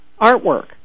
artwork